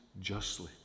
justly